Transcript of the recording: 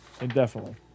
Indefinitely